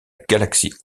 galaxie